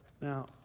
Now